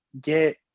get